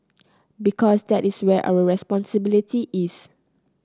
because that is where our responsibility is